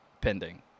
pending